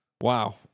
Wow